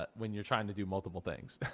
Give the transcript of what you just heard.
but when you're trying to do multiple things.